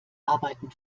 arbeiten